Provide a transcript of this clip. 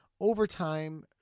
overtime